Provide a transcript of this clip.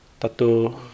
Tato